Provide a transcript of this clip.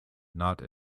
not